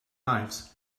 lives